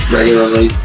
regularly